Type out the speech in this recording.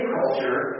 culture